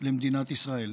למדינת ישראל.